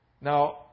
Now